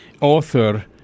author